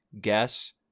guess